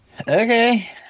okay